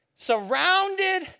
surrounded